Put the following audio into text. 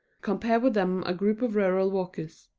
compare with them a group of rural walkers.